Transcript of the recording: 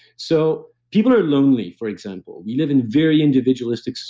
so people are lonely, for example. we live in very individualistic,